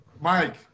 Mike